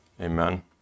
amen